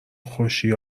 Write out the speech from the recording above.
خوشی